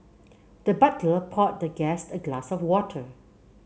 the butler poured the guest a glass of water